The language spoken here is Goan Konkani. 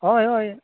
हय हय